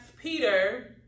Peter